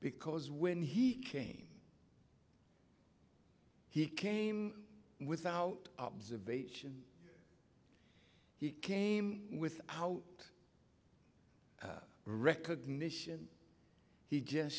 because when he came he came without observation he came with out recognition he just